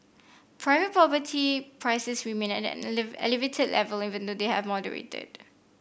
private property prices remained at an elevated level even though they have moderated